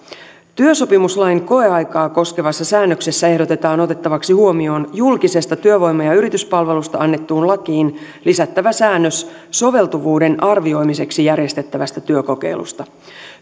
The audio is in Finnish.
työsopimuslain koeaikaa koskevassa säännöksessä ehdotetaan otettavaksi huomioon julkisesta työvoima ja yrityspalvelusta annettuun lakiin lisättävä säännös soveltuvuuden arvioimiseksi järjestettävästä työkokeilusta